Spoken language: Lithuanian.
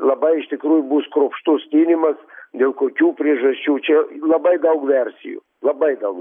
labai iš tikrųjų bus kruopštus tyrimas dėl kokių priežasčių čia labai daug versijų labai daug